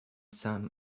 some